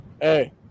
Hey